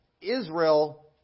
Israel